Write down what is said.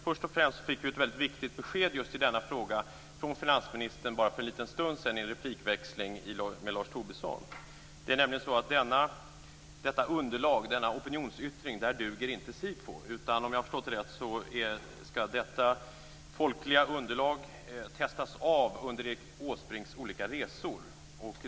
Först och främst fick vi ett väldigt besked i just denna fråga från finansministern för bara en liten stund sedan i en replikväxling med Lars Tobisson. Det är nämligen så att för detta underlag, denna opinionsyttring, duger inte SIFO. Om jag har förstått det rätt skall detta folkliga underlag testas av under Erik Åsbrinks olika resor.